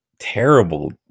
Terrible